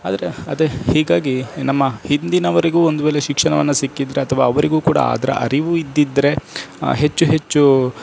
ಆದರೆ ಅದು ಹೀಗಾಗಿ ನಮ್ಮ ಹಿಂದಿನವರಿಗೂ ಒಂದು ವೇಳೆ ಶಿಕ್ಷಣವನ್ನು ಸಿಕ್ಕಿದರೆ ಅಥವಾ ಅವರಿಗೂ ಕೂಡ ಅದರ ಅರಿವು ಇದ್ದಿದ್ದರೆ ಹೆಚ್ಚು ಹೆಚ್ಚು